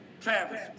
Travis